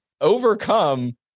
overcome